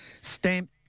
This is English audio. stamp